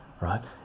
right